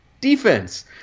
Defense